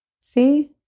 See